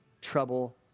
trouble